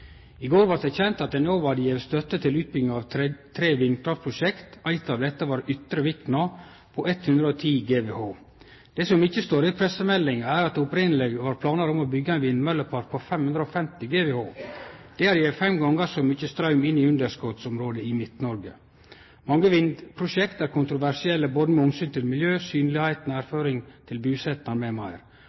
I går blei det kjent at Enova hadde gjeve støtte til tre vindkraftprosjekt. Eit av desse var Ytre Vikna på 110 GWh. Det som ikkje står i pressemeldinga, er at det opphavleg var planar om å byggje ein vindmøllepark på 550 GWh. Det hadde gjeve fem gonger så mykje straum inn i underskotsområdet i Midt-Noreg. Mange vindprosjekt er kontroversielle med omsyn til miljø, synlegheit, nærføring til